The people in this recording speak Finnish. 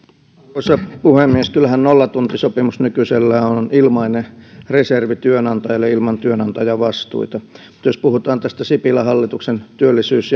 arvoisa puhemies kyllähän nollatuntisopimus nykyisellään on on ilmainen reservi työnantajalle ilman työnantajavastuita mutta jos puhutaan tästä sipilän hallituksen työllisyys